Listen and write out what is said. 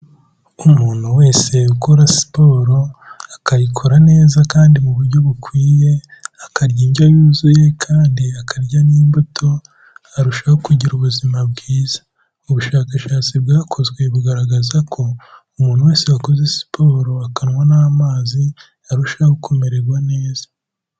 Umuntu wese ukora siporo, akayikora neza kandi mu buryo bukwiye, akarya indyo yuzuye kandi akarya n'imbuto arushaho kugira ubuzima bwiza, ubushakashatsi bwakozwe bugaragaza ko umuntu wese wakoze siporo akanywa n'amazi arushaho kumererwa neza.